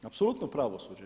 Apsolutno pravosuđe.